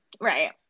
right